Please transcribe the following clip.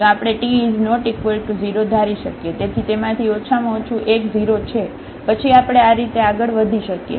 તેથી તેમાંથી ઓછામાં ઓછું એક 0 છે પછી આપણે આ રીતે આગળ વધી શકીએ